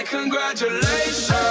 Congratulations